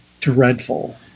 dreadful